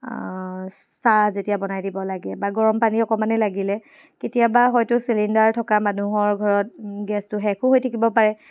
চাহ যেতিয়া বনাই দিব লাগে বা গৰম পানী অকণমাণেই লাগিলে কেতিয়াবা হয়তো চিলিণ্ডাৰ থকা মানুহৰ ঘৰত গেছটো শেষো হৈ থাকিব পাৰে